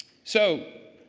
so,